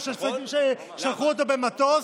או שלחו אותם במטוס,